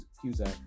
Cusack